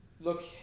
Look